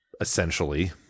essentially